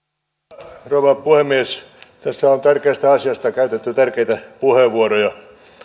arvoisa rouva puhemies tässä on tärkeästä asiasta käytetty tärkeitä puheenvuoroja